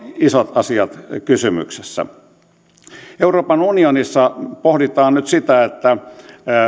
isot asiat kysymyksessä euroopan unionissa pohditaan nyt sitä että